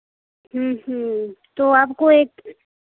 तो आपको एक